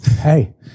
Hey